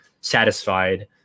satisfied